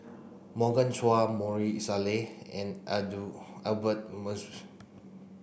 Morgan Chua Maarof Salleh and Albert